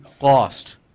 lost